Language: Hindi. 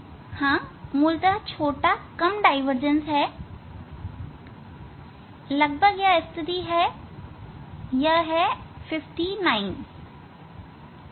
हां मूलतः छोटा कम डाईवर्जेंस है लगभग यह स्थिति है यह है 59